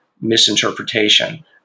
misinterpretation